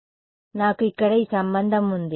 కాబట్టి నాకు ఇక్కడ ఈ సంబంధం ఉంది